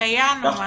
שהחיינו.